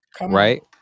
Right